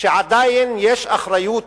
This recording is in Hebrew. שעדיין יש אחריות